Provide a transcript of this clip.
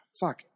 fuck